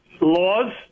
laws